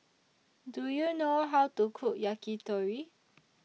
Do YOU know How to Cook Yakitori